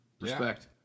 respect